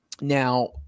Now